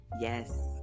Yes